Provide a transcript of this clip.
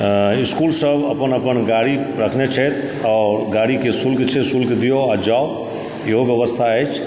इसकुल सब अपन अपन गाड़ी रखने छथि आओर गाड़ीके शुल्क छै शुल्क दियौ आओर जाउ इहो व्यवस्था अछि